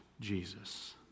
Jesus